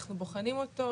אנחנו בוחנים אותו.